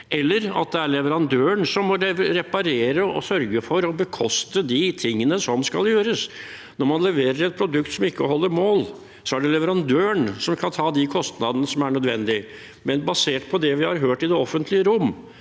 er leverandøren som må reparere og sørge for å bekoste de tingene som skal gjøres. Når man leverer et produkt som ikke holder mål, er det leverandøren som kan ta de kostnadene som er nødvendige. Basert på det vi har hørt i det offentlige rom,